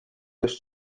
just